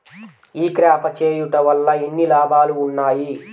ఈ క్రాప చేయుట వల్ల ఎన్ని లాభాలు ఉన్నాయి?